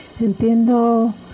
Entiendo